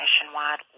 nationwide